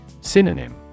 Synonym